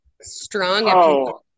strong